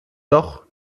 doch